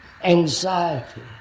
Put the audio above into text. anxiety